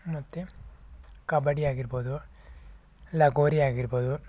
ಮತ್ತೆ ಕಬಡ್ಡಿ ಆಗಿರ್ಬೋದು ಲಗೋರಿ ಆಗಿರ್ಬೋದು